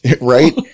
Right